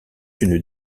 une